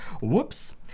Whoops